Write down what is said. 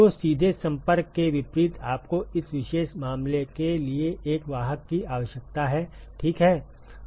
तो सीधे संपर्क के विपरीत आपको इस विशेष मामले के लिए एक वाहक की आवश्यकता है ठीक है